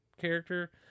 character